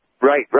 right